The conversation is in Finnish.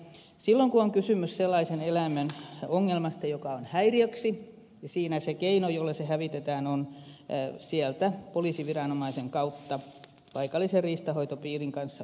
silloin kun on kysymys sellaisen eläimen ongelmasta joka on häiriöksi keino jolla se hävitetään on poliisiviranomaisen kautta paikallisen riistanhoitopiirin kanssa yhteistyössä